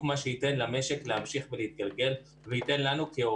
כשאין קורונה